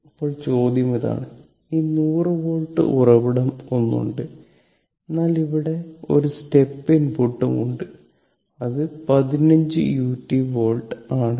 ഇപ്പോൾ ചോദ്യം ഇതാണ് ഈ 100 വോൾട്ട് ഉറവിടം ഒന്നുണ്ട് എന്നാൽ ഇവിടെ ഒരു സ്റ്റെപ്പ് ഇൻപുട്ടും ഉണ്ട് അത് 15 u വോൾട്ട് ആണ്